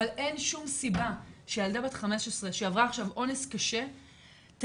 אבל אין שום סיבה שילדה בת 15 שעברה עכשיו אונס קשה תגיע